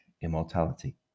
immortality